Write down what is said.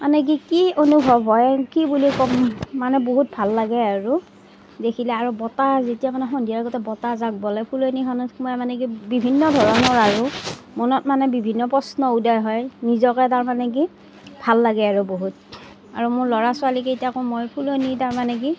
মানে কি কি অনুভৱ হয় কি বুলি ক'ম মানে বহুত ভাল লাগে আৰু দেখিলে আৰু বতাহ যেতিয়া মানে সন্ধিয়াৰ আগতে বতাহজাক বলে ফুলনিখনত সোমাই বিভিন্ন ধৰণৰ আৰু মনত মানে বিভিন্ন প্ৰশ্ন উদয় হয় নিজকে তাৰ মানে কি ভাল লাগে আৰু বহুত আৰু মোৰ ল'ৰা ছোৱালীকেইটাকো মই ফুলনি তাৰ মানে কি